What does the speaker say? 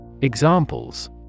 Examples